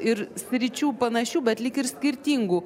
ir sričių panašių bet lyg ir skirtingų